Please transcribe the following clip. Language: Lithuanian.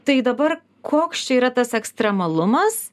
tai dabar koks čia yra tas ekstremalumas